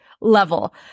level